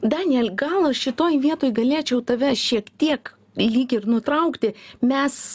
daniel gal aš šitoj vietoj galėčiau tave šiek tiek lyg ir nutraukti mes